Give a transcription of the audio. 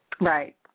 Right